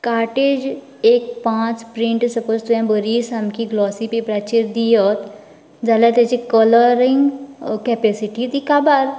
cartridge एक पांच print suppose तुयें बरी सामकी ग्लोसी पेपराचेर दियत जाल्यार तेजी कलरींग केपेसिटी ती काबार